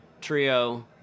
trio